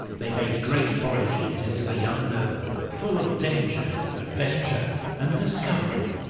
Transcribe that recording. they made great voyages into the unknown, full of danger, adventure and discovery.